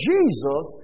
Jesus